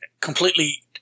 completely